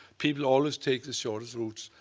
people always take the shortest route.